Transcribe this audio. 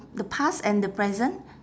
the past and the present